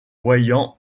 voyant